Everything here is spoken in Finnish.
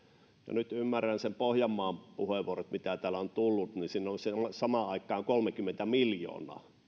nyt ymmärrän ne pohjanmaan puheenvuorot mitä täällä on tullut eli sinne on samaan aikaan tullut kolmekymmentä miljoonaa